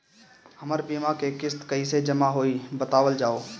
हमर बीमा के किस्त कइसे जमा होई बतावल जाओ?